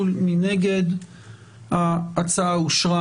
הצבעה ההצעה אושרה.